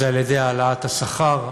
היא העלאת השכר.